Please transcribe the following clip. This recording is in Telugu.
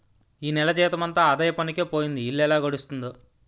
ఈ నెల జీతమంతా ఆదాయ పన్నుకే పోయింది ఇల్లు ఎలా గడుస్తుందో